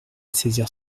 saisir